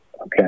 Okay